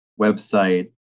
website